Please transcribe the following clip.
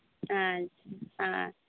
ᱟᱪᱪᱷᱟ ᱟᱪᱪᱷᱟ